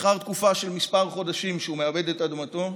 לאחר תקופה של כמה חודשים שהוא מעבד את אדמתו,